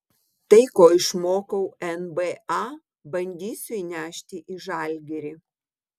tai ko išmokau nba bandysiu įnešti į žalgirį